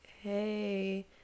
Hey